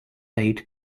aid